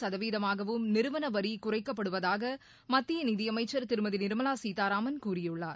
சதவீதமாகவும் நிறுவன வரி குறைக்கப்படுவதாக மத்திய நிதியமைச்சர் திருமதி நிர்மலா சீதாராமன் கூறியுள்ளார்